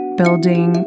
building